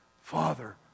Father